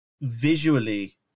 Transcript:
visually